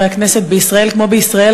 בישראל כמו בישראל,